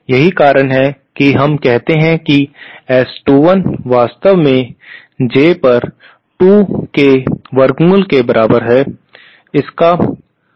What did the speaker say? यही कारण है कि हम कहते हैं कि S21 वास्तव में J पर 2 के वर्गमूल के बराबर है